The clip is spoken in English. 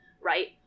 right